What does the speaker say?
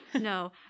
No